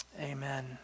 Amen